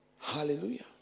Hallelujah